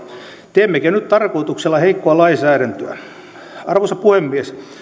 teemmekö nyt tarkoituksella heikkoa lainsäädäntöä arvoisa puhemies